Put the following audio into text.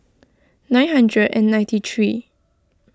nine hundred and ninety three